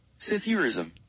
Sithurism